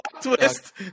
Twist